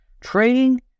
Trading